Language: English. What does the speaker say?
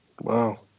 Wow